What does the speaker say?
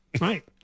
Right